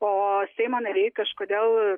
ooo seimo nariai kažkodėl